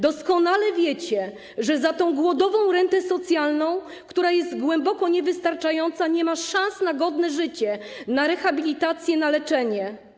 Doskonale wiecie, że ta głodowa renta socjalna, która jest głęboko niewystarczająca, oznacza brak szans na godne życie, na rehabilitację, na leczenie.